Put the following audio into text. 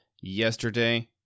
yesterday